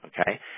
okay